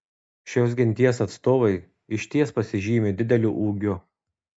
šios genties atstovai išties pasižymi dideliu ūgiu